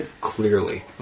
clearly